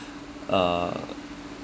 uh